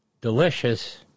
delicious